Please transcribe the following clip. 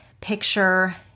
picture